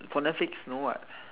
for netflix no what